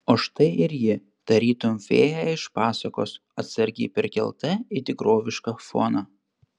o štai ir ji tarytum fėja iš pasakos atsargiai perkelta į tikrovišką foną